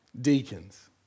deacons